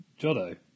Jodo